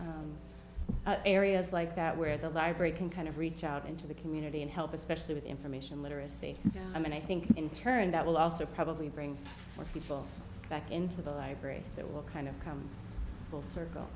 place areas like that where the library can kind of reach out into the community and help especially with information literacy and i think in turn that will also probably bring people back into the libraries that will kind of come full circle